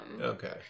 Okay